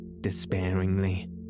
despairingly